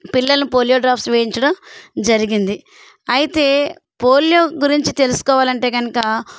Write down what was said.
పిల్లలను polio drops వేయించడం జరిగింది అయితే పోలియో గురించి తెలుసుకోవాలంటే కనుక